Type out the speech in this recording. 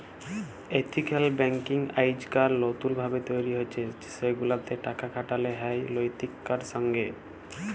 ethical banking আইজকাইল লতুল ভাবে তৈরি হছে সেগুলাতে টাকা খাটালো হয় লৈতিকতার সঙ্গে